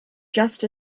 just